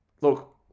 Look